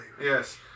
Yes